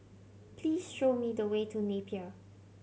please show me the way to Napier